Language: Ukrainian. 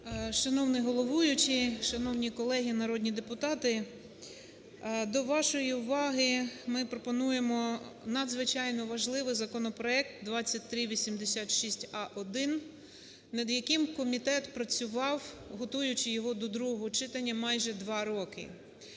Шановний головуючий, шановні колеги народні депутати! До вашої уваги ми пропонуємо надзвичайно важливий законопроект 2386а-1, над яким комітет працював, готуючи його до другого читання майже два роки.